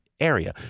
Area